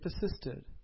persisted